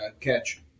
catch